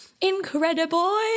Incredible